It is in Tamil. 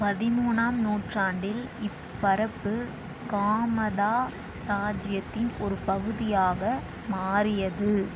பதிமூனாம் நூற்றாண்டில் இப்பரப்பு காமதா ராஜ்யத்தின் ஒரு பகுதியாக மாறியது